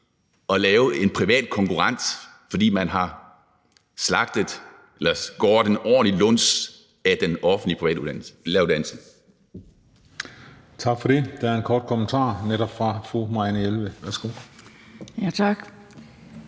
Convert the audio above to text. at lave en privat konkurrent, fordi man har slagtet eller skåret en ordentlig luns af den offentlige læreruddannelse?